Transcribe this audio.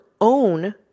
own